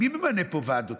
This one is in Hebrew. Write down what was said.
מי ממנה פה ועדות?